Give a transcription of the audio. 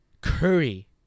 Curry